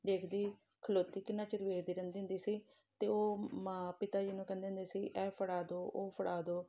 ਦੇਖਦੀ ਖਲੋਤੀ ਕਿੰਨਾ ਚਿਰ ਵੇਖਦੀ ਰਹਿੰਦੀ ਹੁੰਦੀ ਸੀ ਅਤੇ ਉਹ ਮਾਂ ਪਿਤਾ ਜੀ ਨੂੰ ਕਹਿੰਦੇ ਹੁੰਦੇ ਸੀ ਇਹ ਫੜਾ ਦਿਓ ਉਹ ਫੜਾ ਦਿਓ